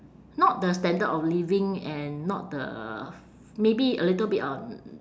not the standard of living and not the maybe a little bit on